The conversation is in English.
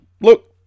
Look